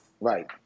Right